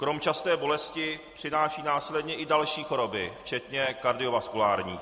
Krom časté bolesti přinášejí následně i další choroby, včetně kardiovaskulárních.